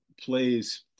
plays